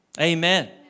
Amen